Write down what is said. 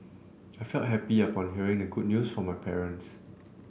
I felt happy upon hearing the good news from my parents